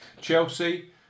Chelsea